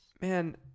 Man